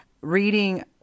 reading